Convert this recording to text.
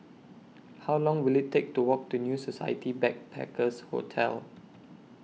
How Long Will IT Take to Walk to New Society Backpackers' Hotel